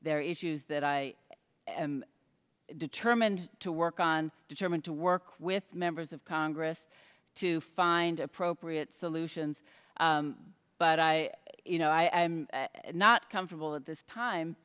are issues that i am determined to work on determined to work with members of congress to find appropriate solutions but i you know i am not comfortable at this time